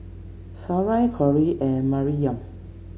Sarai Cory and Maryam